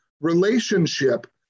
relationship